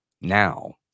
Now